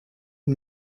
une